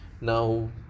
Now